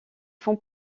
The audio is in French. font